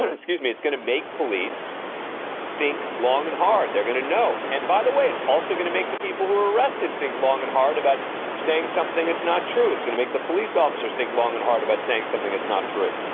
excuse me, it's going to make police think long and hard. they're going to know. and by the way, it's also going to make the people who are arrested think long and hard about saying something that's not true. it's going to make the police officers think long and hard about saying something. it's not true.